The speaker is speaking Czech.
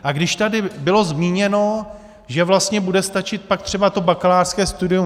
A když tady bylo zmíněno, že vlastně bude stačit pak třeba to bakalářské studium.